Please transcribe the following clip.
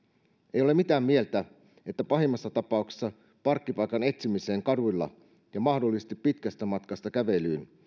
ei ole mitään mieltä että pahimmassa tapauksessa parkkipaikan etsimiseen kaduilla ja mahdollisesti pitkästä matkasta kävelyä